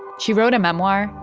she wrote a memoir,